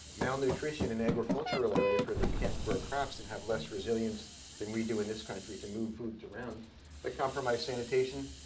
malnutrition in agricultural areas where they can't grow crops and have less resilience than we do in this country to move food might and but compromise sanitation.